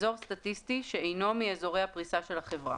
אזור סטטיסטי שאינו מאזורי הפריסה של החברה,